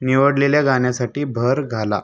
निवडलेल्या गाण्यासाठी भर घाला